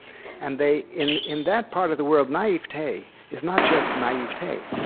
and they in in that part of the world, naivety is not just naivety.